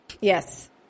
Yes